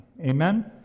Amen